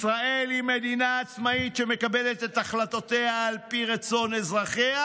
ישראל היא מדינה עצמאית שמקבלת את החלטותיה על פי רצון אזרחיה,